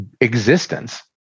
existence